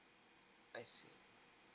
I see